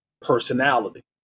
personality